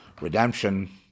redemption